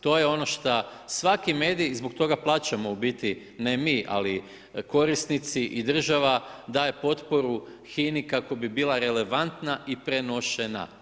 To je ono što svaki mediji i zbog toga plaćamo u biti ne mi, ali korisnici i država daje potporu HINA-i kako bi bila relevantna i prenošena.